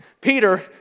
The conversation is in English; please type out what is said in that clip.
Peter